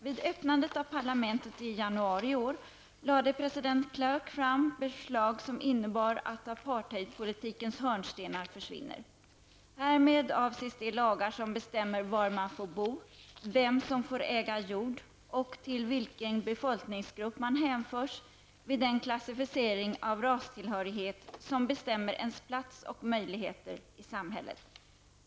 Vid öppnandet av parlamentet i januari i år lade president de Klerk fram förslag som innebär att apartheidpolitikens hörnstenar försvinner. Härmed avser de lagar som bestämmer var man får bo, vem som får äga jord och till vilken befolkningsgrupp man hänförs vid den klassificering av rastillhörighet som bestämmer ens plats och möjligheter i samhället.